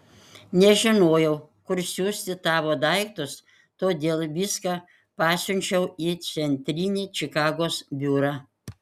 nežinojau kur siųsti tavo daiktus todėl viską pasiunčiau į centrinį čikagos biurą